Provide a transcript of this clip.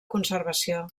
conservació